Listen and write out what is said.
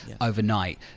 overnight